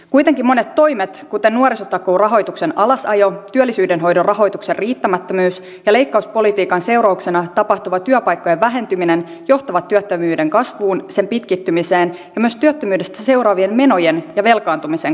kuitenkin monet toimet kuten nuorisotakuun rahoituksen alasajo työllisyyden hoidon rahoituksen riittämättömyys ja leikkauspolitiikan seurauksena tapahtuva työpaikkojen vähentyminen johtavat työttömyyden kasvuun sen pitkittymiseen ja myös työttömyydestä seuraavien menojen ja velkaantumisen kasvuun